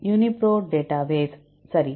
UniProt database சரி